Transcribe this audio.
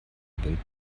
welt